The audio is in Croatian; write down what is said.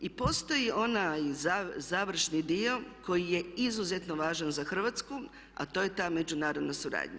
I postoji onaj završni dio koji je izuzetno važan za Hrvatsku a to je ta međunarodna suradnja.